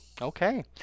Okay